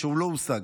והוא לא הושג.